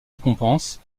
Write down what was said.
récompenses